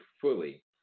fully